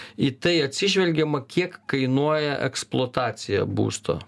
į tai atsižvelgiama kiek kainuoja eksploatacija būsto